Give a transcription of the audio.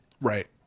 Right